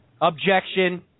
Objection